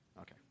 Okay